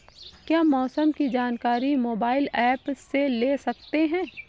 क्या मौसम की जानकारी मोबाइल ऐप से ले सकते हैं?